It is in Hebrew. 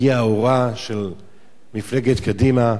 הגיעה האורה של מפלגת קדימה,